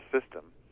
system